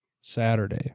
Saturday